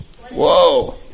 Whoa